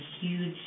huge